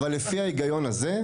אבל לפני ההיגיון הזה,